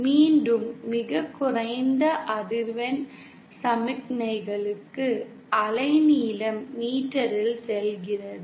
மீண்டும் மிகக் குறைந்த அதிர்வெண் சமிக்ஞைகளுக்கு அலைநீளம் மீட்டரில் செல்கிறது